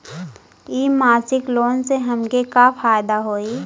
इ मासिक लोन से हमके का फायदा होई?